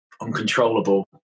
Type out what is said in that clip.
uncontrollable